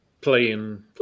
playing